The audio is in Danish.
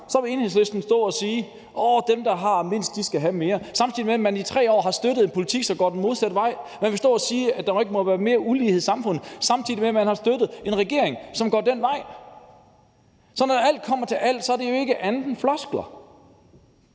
– at Enhedslisten vil stå og sige, at dem, der har mindst, skal have mere, samtidig med at man i 3 år har støttet en politik, som går den modsatte vej. Man vil stå og sige, at der ikke må være mere ulighed i samfundet, samtidig med at man har støttet en regering, som går den vej. Så når alt kommer til alt, er det jo ikke andet end floskler.